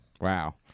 Wow